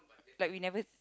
like we never